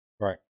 Right